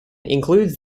includes